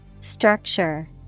Structure